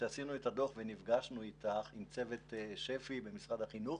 כשעשינו את הדוח ונפגשנו איתך ועם צוות שפ"י במשרד החינוך,